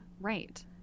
right